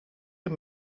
hem